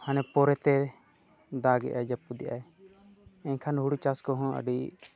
ᱦᱟᱱᱮ ᱯᱚᱨᱮᱛᱮ ᱫᱟᱜ ᱮᱜ ᱟᱭ ᱡᱟᱹᱯᱩᱫᱮᱜ ᱟᱭ ᱮᱱᱠᱷᱟᱱ ᱦᱩᱲᱩ ᱪᱟᱥ ᱠᱚᱦᱚᱸ ᱟᱹᱰᱤ